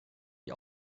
die